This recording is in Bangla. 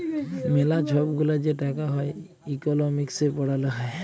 ম্যালা ছব গুলা যে টাকা হ্যয় ইকলমিক্সে পড়াল হ্যয়